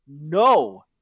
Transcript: no